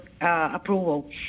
approval